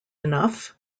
enough